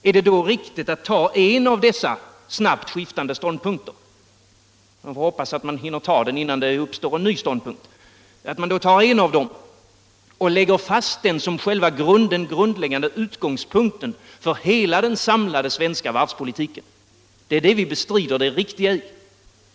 Är det då riktigt att ta en av dessa snabbt skiftande ståndpunkter — i så fall får man hoppas hinna ta den, innan det uppkommer en ny ståndpunkt — och lägga fast det som den grundläggande utgångspunkten för hela den svenska varvspolitiken? Det är detta vi bestrider.